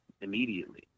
immediately